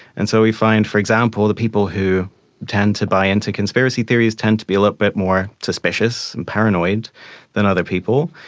and so we find, for example, that people who tend to buy into conspiracy theories tend to be a little bit more suspicious and paranoid than other people,